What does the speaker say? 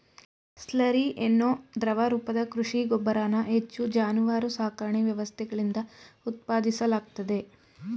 slurry ಅನ್ನೋ ದ್ರವ ರೂಪದ ಕೃಷಿ ಗೊಬ್ಬರನ ಹೆಚ್ಚು ಜಾನುವಾರು ಸಾಕಣೆ ವ್ಯವಸ್ಥೆಗಳಿಂದ ಉತ್ಪಾದಿಸಲಾಗ್ತದೆ